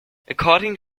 according